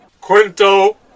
Quinto